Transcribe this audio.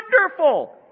wonderful